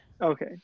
Okay